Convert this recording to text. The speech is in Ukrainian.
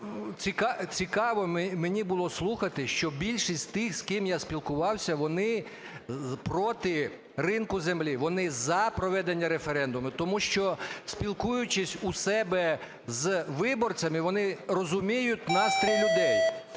Цікаво мені було слухати, що більшість з тих, з ким я спілкувався, вони проти ринку землі, вони за проведення референдуму. Тому що, спілкуючись у себе з виборцями, вони розуміють настрій людей.